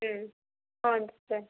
ହୁଁ ହଁ ଦରକାର